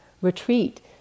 retreat